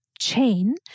chain